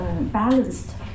balanced